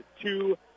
two